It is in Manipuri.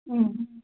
ꯎꯝ